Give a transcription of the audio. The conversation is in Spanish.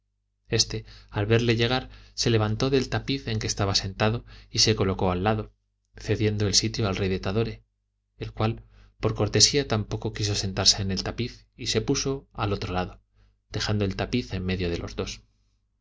este al verle llegar se levantó del tapiz en que estaba sentado y se colocó al lado cediendo el sitio al rey de tadore el cual por cortesía tampoco quiso sentarse en el tapiz y se puso al otro lado dejando el tapiz en medio de los dos